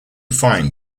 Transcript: find